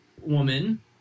woman